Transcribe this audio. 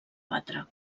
batre